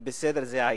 זה העיקר.